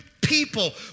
people